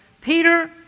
Peter